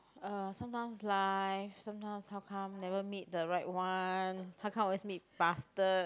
uh sometime life sometime sometime never meet the right one how come always meet bastard